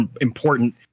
important